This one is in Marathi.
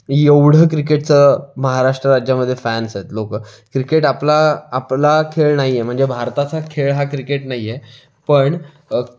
एवढं क्रिकेटचं महाराष्ट्र राज्यामध्ये फॅन्स आहेत लोकं क्रिकेट आपला आपला खेळ नाही आहे म्हणजे भारताचा खेळ हा क्रिकेट नाही आहे पण